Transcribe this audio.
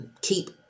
keep